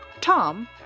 Tom